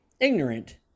ignorant